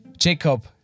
Jacob